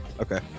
Okay